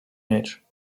mieć